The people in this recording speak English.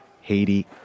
Haiti